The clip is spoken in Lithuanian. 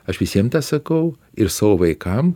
aš visiem tą sakau ir savo vaikam